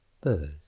birds